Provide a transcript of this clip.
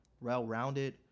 well-rounded